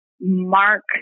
mark